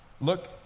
Look